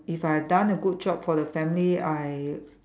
if I done a good job for the family I